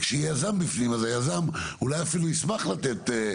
וכשיהיה יזם בפנים, אז היזם אולי אפילו ישמח לתת